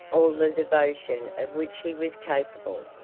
all the devotion of which he was capable.